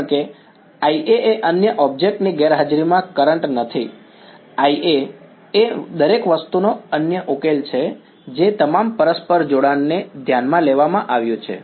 કારણ કે IA એ અન્ય ઑબ્જેક્ટ ની ગેરહાજરીમાં કરંટ નથી IA એ દરેક વસ્તુનો અન્ય ઉકેલ છે જે તમામ પરસ્પર જોડાણને ધ્યાનમાં લેવામાં આવ્યું છે